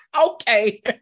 Okay